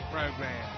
Program